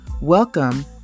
Welcome